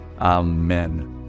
amen